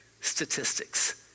statistics